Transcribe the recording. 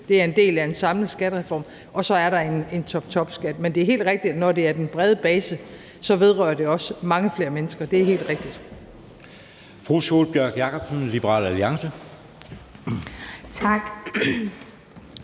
det er en del af en samlet skattereform. Og så er der en toptopskat. Men det er helt rigtigt, at når det er den brede base, vedrører det også mange flere mennesker. Det er helt rigtigt.